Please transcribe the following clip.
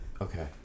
okay